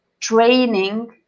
training